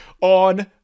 on